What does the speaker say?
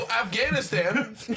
Afghanistan